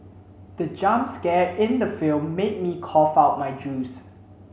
the jump scare in the film made me cough out my juice